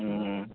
ও